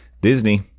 Disney